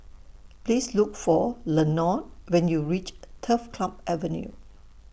Please Look For Lenord when YOU REACH Turf Club Avenue